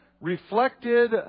reflected